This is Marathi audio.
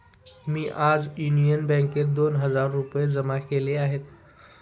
मी आज युनियन बँकेत दोन हजार रुपये जमा केले आहेत